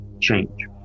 change